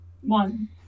One